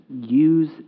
use